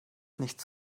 nichts